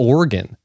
Oregon